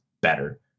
better